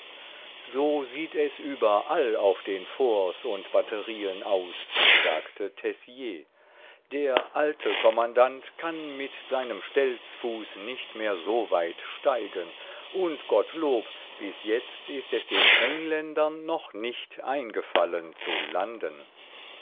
so sieht es überall auf den forts und batterien aus sagte tessier der alte kommandant kann mit seinem stelzfuß nicht mehr so weit steigen und gottlob bis jetzt ist es den engländern noch nicht eingefallen zu landen